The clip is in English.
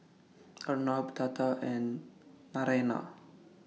Arnab Tata and Naraina